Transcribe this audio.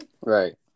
Right